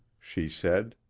she said,